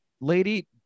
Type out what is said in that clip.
lady